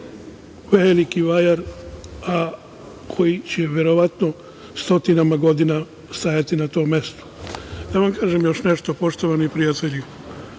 veliki vajar, a koji će verovatno stotinama godina stajati na tom mestu. Da vam kažem još nešto poštovani prijatelji.